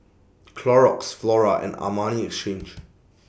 Clorox Flora and Armani Exchange